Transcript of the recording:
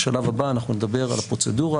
בשלב הבא אנחנו נדבר על הפרוצדורה,